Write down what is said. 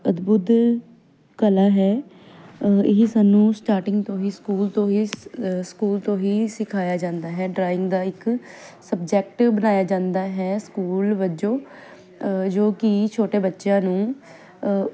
ਅਦਭੁਤ ਕਲਾ ਹੈ ਇਹ ਸਾਨੂੰ ਸਟਾਰਟਿੰਗ ਤੋਂ ਹੀ ਸਕੂਲ ਤੋਂ ਹੀ ਸਕੂਲ ਤੋਂ ਹੀ ਸਿਖਾਇਆ ਜਾਂਦਾ ਹੈ ਡਰਾਇੰਗ ਦਾ ਇੱਕ ਸਬਜੈਕਟ ਬਣਾਇਆ ਜਾਂਦਾ ਹੈ ਸਕੂਲ ਵਜੋਂ ਜੋ ਕਿ ਛੋਟੇ ਬੱਚਿਆਂ ਨੂੰ